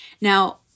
Now